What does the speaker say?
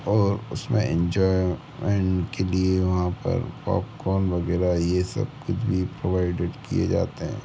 और उसमें इन्जोयमेंट के लिए वहाँ पर पॉपकॉर्न वगैरह यह सब कुछ भी प्रोवाईडेड किए जाते हैं